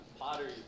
Pottery